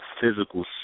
physical